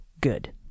good